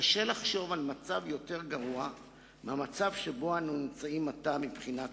קשה לחשוב על מצב יותר גרוע מהמצב שבו אנו נמצאים עתה מבחינה כלכלית.